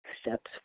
steps